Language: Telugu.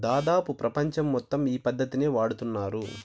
దాదాపు ప్రపంచం మొత్తం ఈ పద్ధతినే వాడుతున్నారు